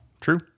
True